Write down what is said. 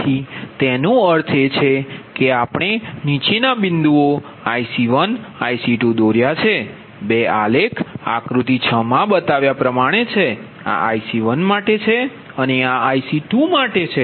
તેથી તેનો અર્થ એ છે કે આપણે નીચેના બિંદુઓ IC1IC2 દોર્યા છે બે આલેખ આક્રુતિ 6 માં બતાવ્યા છે આ IC1 માટે છે અને આ IC2 માટે છે